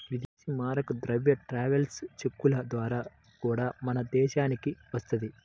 ఇదేశీ మారక ద్రవ్యం ట్రావెలర్స్ చెక్కుల ద్వారా గూడా మన దేశానికి వత్తది